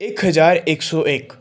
ਇੱਕ ਹਜ਼ਾਰ ਇੱਕ ਸੌ ਇੱਕ